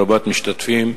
רבת משתתפים,